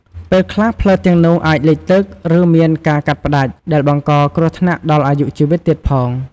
ពេលខ្លះ ផ្លូវទាំងនោះអាចលិចទឹក ឬមានការកាត់ផ្តាច់ ដែលបង្កគ្រោះថ្នាក់ដល់អាយុជីវិតទៀតផង។